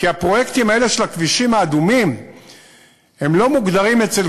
כי הפרויקטים האלה של הכבישים האדומים לא מוגדרים אצל